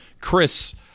Chris